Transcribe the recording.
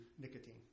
nicotine